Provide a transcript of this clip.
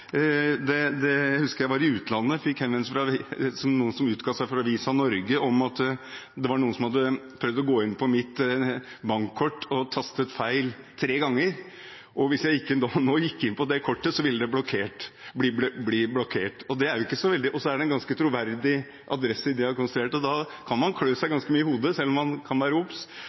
Jeg husker at da jeg var i utlandet, fikk jeg henvendelse fra noen som utga seg for å være fra Visa Norge, om at det var noen som hadde prøvd å gå inn med mitt bankkort og hadde tastet feil tre ganger, og hvis jeg gikk inn med det kortet, ville det være blokkert. Det var en ganske troverdig adresse de hadde konstruert, og da kan man klø seg ganske mye i hodet, selv om man kan være obs.